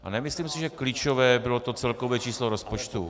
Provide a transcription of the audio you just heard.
A nemyslím si, že klíčové bylo to celkové číslo rozpočtu.